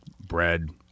bread